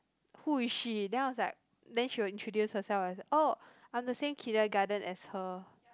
who is she then I was like then she will introduce herself as oh I'm the same kindergarten as her